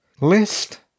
list